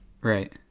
right